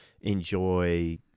enjoy